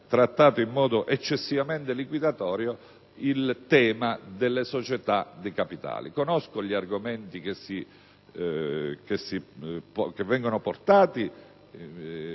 trattato in modo eccessivamente liquidatorio il tema delle società di capitali. Conosco gli argomenti che vengono addotti,